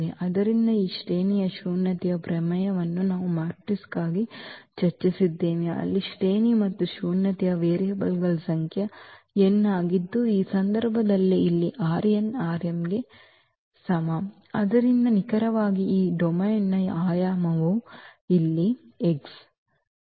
ಆದ್ದರಿಂದ ಈ ಶ್ರೇಣಿಯ ಶೂನ್ಯತೆಯ ಪ್ರಮೇಯವನ್ನು ನಾವು ಮ್ಯಾಟ್ರಿಕ್ಸ್ಗಾಗಿ ಚರ್ಚಿಸಿದ್ದೇವೆ ಅಲ್ಲಿ ಶ್ರೇಣಿ ಮತ್ತು ಶೂನ್ಯತೆಯು ವೇರಿಯೇಬಲ್ಗಳ ಸಂಖ್ಯೆ n ಆಗಿದ್ದು ಈ ಸಂದರ್ಭದಲ್ಲಿ ಇಲ್ಲಿ ಗೆ ಆದ್ದರಿಂದ ನಿಖರವಾಗಿ ಈ ಡೊಮೇನ್ನ ಆಯಾಮವು ಇಲ್ಲಿ X